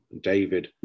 David